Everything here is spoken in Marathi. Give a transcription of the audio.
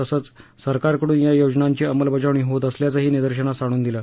तसंच सरकारकडून या योजनांची अंमलबजावणी होत असल्याचंही निदर्शनाला आणून दिलं